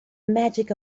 magic